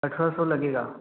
अठारह सौ लगेगा